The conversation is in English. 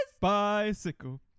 Bicycle